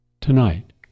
Tonight